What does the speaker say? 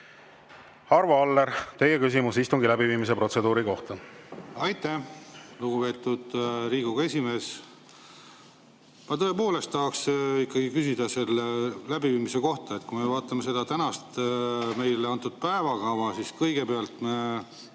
Arvo Aller, teie küsimus istungi läbiviimise protseduuri kohta! Aitäh, lugupeetud Riigikogu esimees! Ma tõepoolest tahaksin küsida selle läbiviimise kohta. Kui me vaatame seda tänast meile antud päevakava, siis kõigepealt on